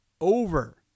over